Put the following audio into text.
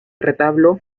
retablo